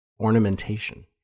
ornamentation